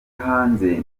hanze